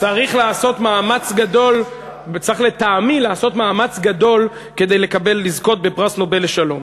צריך לטעמי לעשות מאמץ גדול כדי לזכות בפרס נובל לשלום,